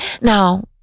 Now